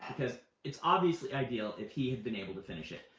because it's obviously ideal if he had been able to finish it,